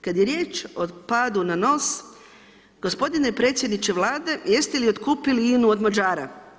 Kada je riječ o padu na nos, gospodine predsjedniče Vlade, jeste li otkupili INA-u od Mađara?